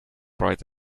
bright